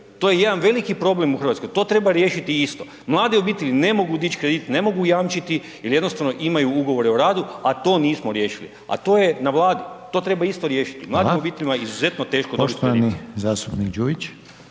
To je jedan veliki problem u Hrvatskoj, to treba riješiti isto, mlade obitelji ne mogu dići kredit ne mogu jamčiti jer jednostavno imaju ugovore o radu, a to nismo riješiti, a to je na Vladi, to treba isto riješiti. Mladim obiteljima je izuzetno teško dobiti kredit.